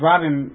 Robin